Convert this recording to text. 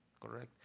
correct